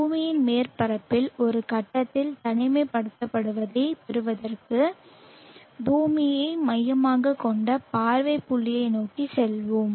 பூமியின் மேற்பரப்பில் ஒரு கட்டத்தில் தனிமைப்படுத்தப்படுவதைப் பெறுவதற்காக பூமியை மையமாகக் கொண்ட பார்வை புள்ளியை நோக்கி செல்வோம்